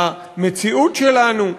במציאות שלנו?